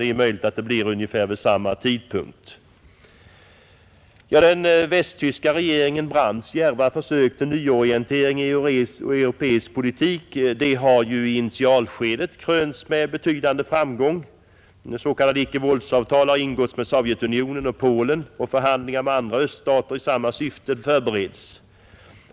Det är möjligt att det blir vid ungefär samma tidpunkt. Den västtyska regeringen Brandts djärva försök till nyorientering i europeisk politik har i initialskedet krönts med betydande framgång. S.k. ickevåldsavtal har ingåtts med Sovjetunionen och Polen, och förhandlingar med andra öststater i samma syfte förbereds.